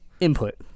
input